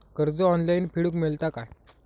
कर्ज ऑनलाइन फेडूक मेलता काय?